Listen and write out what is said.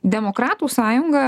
demokratų sąjunga